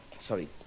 Sorry